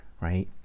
right